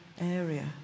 area